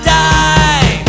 die